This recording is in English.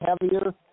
heavier